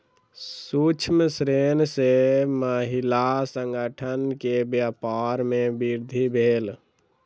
सूक्ष्म ऋण सॅ महिला संगठन के व्यापार में वृद्धि भेल